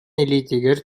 илиитигэр